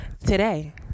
today